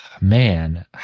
man